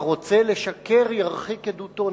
הרוצה לשקר ירחיק עדותו,